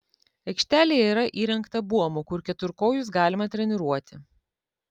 aikštelėje yra įrengta buomų kur keturkojus galima treniruoti